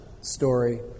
story